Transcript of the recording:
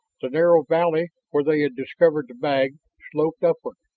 the narrow valley where they had discovered the bag sloped upward,